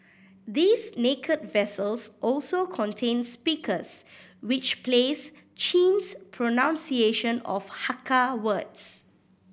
these naked vessels also contain speakers which plays Chin's pronunciation of Hakka words